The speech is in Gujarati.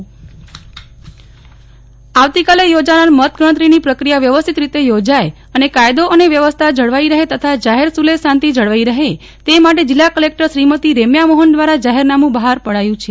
નેહલ ઠક્કર કલેકટરનું જાહેરનામું આવતીકાલે યોજાનાર મતગણતરીની પ્રક્રિયા વ્યવસ્થિત રીતે યોજાય અને કાયદો અને વ્યવસ્થા જળવાઈ રહે તજા જાહેર સુલેહ શાંતિ જળવાઈ રહે તે માટે જિલ્લા કલેકટર શ્રીમતી રેમ્યા મોહન દ્વારા જાહેરનામું બહાર પડાયું છે